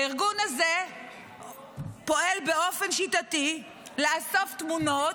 הארגון הזה פועל באופן שיטתי לאסוף תמונות,